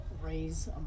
raise